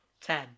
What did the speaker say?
Ten